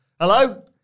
Hello